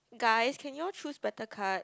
guys can you all choose better card